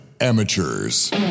Amateurs